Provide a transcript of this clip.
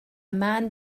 man